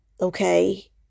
Okay